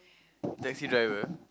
taxi driver